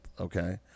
Okay